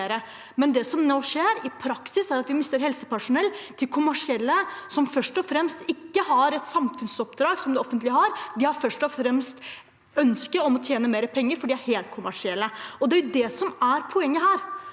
Det som nå skjer i praksis, er at vi mister helsepersonell til kommersielle, som ikke først og fremst har et samfunnsoppdrag slik det offentlige har. De har først og fremst et ønske om å tjene mer penger, for de er helkommersielle. Det er det som er poenget her.